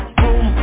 boom